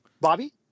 Bobby